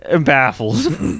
Baffles